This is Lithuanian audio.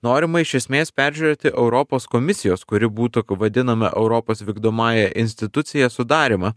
norima iš esmės peržiūrėti europos komisijos kuri būtų vadinama europos vykdomąja institucija sudarymą